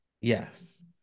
Yes